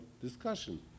discussion